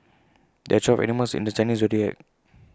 there are twelve animals in the Chinese Zodiac